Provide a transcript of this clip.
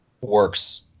works